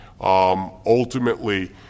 Ultimately